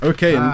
Okay